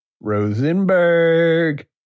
Rosenberg